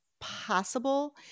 possible